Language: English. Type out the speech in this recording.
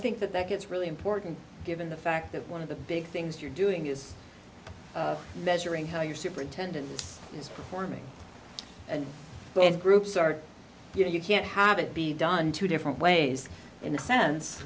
think that that gets really important given the fact that one of the big things you're doing is measuring how you're superintendent is performing and it groups are you know you can't have it be done two different ways in a sense